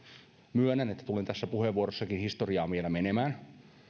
myönnän että tulen tässä puheenvuorossanikin historiaan vielä menemään